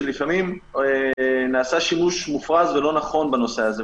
שלפעמים נעשה שימוש מופרז ולא נכון בנושא הזה,